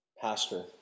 pastor